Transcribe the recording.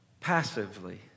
passively